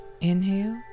Inhale